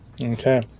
Okay